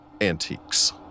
antiques